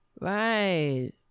Right